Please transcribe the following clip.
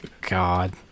God